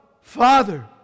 Father